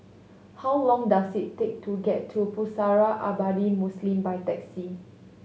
how long does it take to get to Pusara Abadi Muslim by taxi